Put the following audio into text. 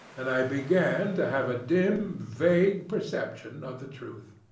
and i began to have a dim, vague perception of the truth.